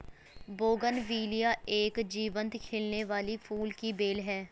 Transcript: bougainvillea एक जीवंत खिलने वाली फूल की बेल है